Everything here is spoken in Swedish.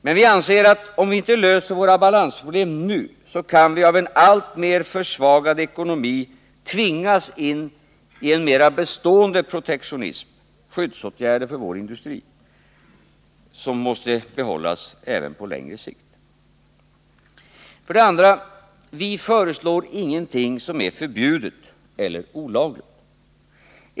Men vi anser att om vi inte löser våra balansproblem nu, kan vi av en alltmer försvagad ekonomi tvingas in i en mera bestående protektionism, med skyddsåtgärder för vår industri som måste behållas även på längre sikt. 2. Vi föreslår ingenting som är förbjudet eller olagligt.